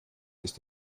ist